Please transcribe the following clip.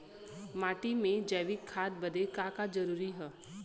माटी में जैविक खाद बदे का का जरूरी ह?